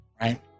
right